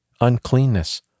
uncleanness